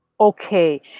okay